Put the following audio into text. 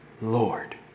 Lord